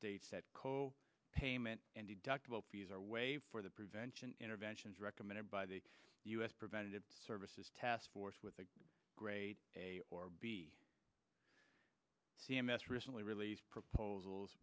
states that payment and deductible p s are way for the prevention interventions recommended by the u s preventative services task force with a grade a or b c m s recently released proposals